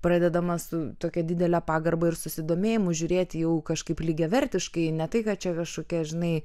pradedama su tokia didele pagarba ir susidomėjimu žiūrėti jau kažkaip lygiavertiškai ne tai ką čia kažkokia žinai